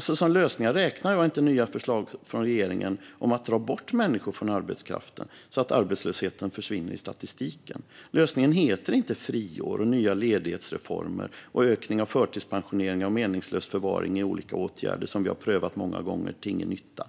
Som lösningar räknar jag inte nya förslag från regeringen om att dra bort människor från arbetskraften, så att arbetslösheten försvinner i statistiken. Lösningen heter inte friår, nya ledighetsreformer, ökning av förtidspensioneringar och meningslös förvaring i olika åtgärder som vi har prövat många gånger till ingen nytta.